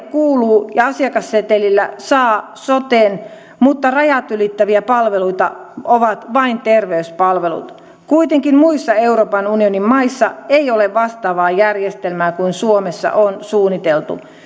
kuuluu ja asiakassetelillä saa soten mutta rajat ylittäviä palveluita ovat vain terveyspalvelut kuitenkaan kun muissa euroopan unionin maissa ei ole vastaavaa järjestelmää kuin suomessa on suunniteltu